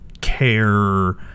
care